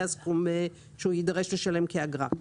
זה הסכום שהוא יידרש לשלם כאגרה.